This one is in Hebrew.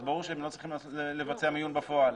ברור שהם לא צריכים לבצע מיון בפועל.